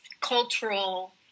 cultural